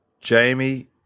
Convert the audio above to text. Jamie